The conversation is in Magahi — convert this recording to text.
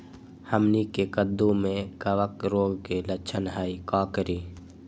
हमनी के कददु में कवक रोग के लक्षण हई का करी?